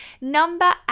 Number